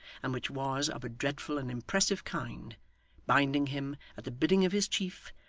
and which was of a dreadful and impressive kind binding him, at the bidding of his chief,